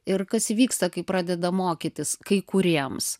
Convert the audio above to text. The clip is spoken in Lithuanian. ir kas įvyksta kai pradeda mokytis kai kuriems